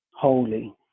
holy